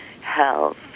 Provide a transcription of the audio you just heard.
health